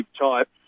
type